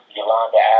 Yolanda